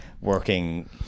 working